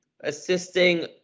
assisting